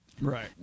Right